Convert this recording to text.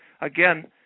again